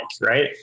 right